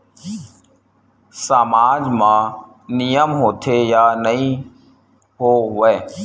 सामाज मा नियम होथे या नहीं हो वाए?